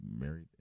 married